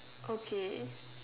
okay